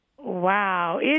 Wow